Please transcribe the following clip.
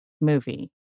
movie